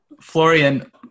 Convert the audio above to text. Florian